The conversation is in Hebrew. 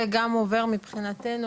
זה גם עובר מבחינתנו,